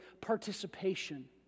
participation